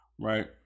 right